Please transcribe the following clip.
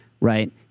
right